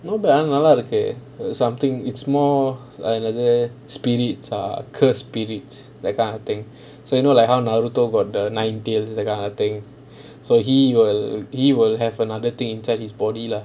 ஆனா நல்லா இருக்கு:aanaa nallaa irukku something it's more like their spirits ah cursed spirits that kind of thing so look like how naruto got the nine tails that kind of thing so he will he will have another thing inside his body lah